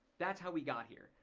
that's how we got here.